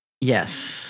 Yes